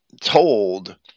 told